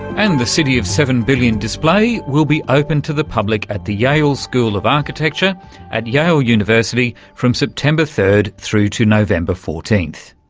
and the city of seven billion display will be open to the public at the yale school of architecture at yale university from september third through to november fourteenth.